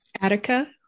Attica